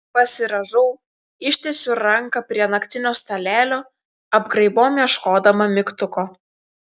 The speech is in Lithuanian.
pasirąžau ištiesiu ranką prie naktinio stalelio apgraibom ieškodama mygtuko